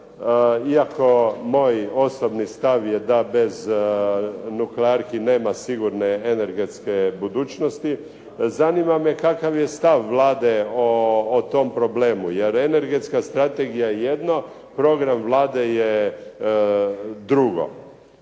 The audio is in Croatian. iako moj osobni stav je da bez nuklearki nema sigurne energetske budućnosti, zanima me kakav je stav Vlade o tom problemu? Jer energetska strategija je jedno, program Vlade je drugo,